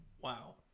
wow